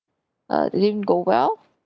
uh it didn't go well